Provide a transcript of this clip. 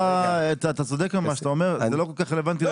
אתה צודק במה שאתה אמר אבל זה לא כל כך רלוונטי לדיון.